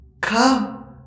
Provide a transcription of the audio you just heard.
Come